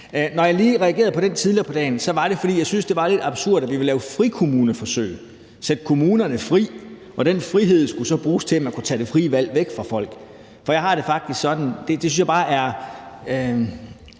Når jeg lige reagerede på det tidligere på dagen, var det, fordi jeg syntes, at det var lidt absurd, at man ville lave frikommuneforsøg, sætte kommunerne fri, og at den frihed så skulle bruges til, at man kunne tage det frie valg væk fra folk. Jeg har det sådan, at det synes jeg simpelt